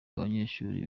abanyeshuri